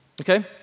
Okay